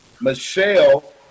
Michelle